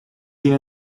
zien